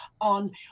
on